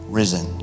risen